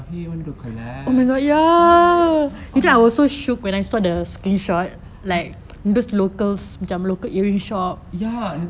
!hey! do you wanna collab~ orh ya